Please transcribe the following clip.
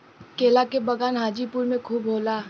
केला के बगान हाजीपुर में खूब होला